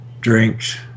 drinks